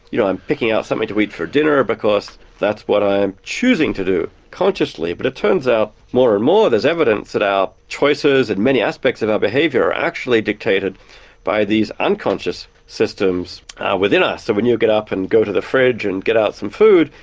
you know, i'm picking out something to eat for dinner because that's what i'm choosing to do consciously but it turns out more and more there's evidence that our choices and many aspects of our behaviour are actually dictated by these unconscious systems within us. so when you get up and go to the fridge and get out some food,